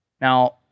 Now